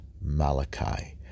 Malachi